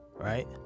right